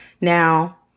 Now